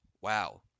Wow